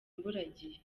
imburagihe